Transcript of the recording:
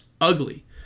ugly